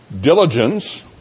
Diligence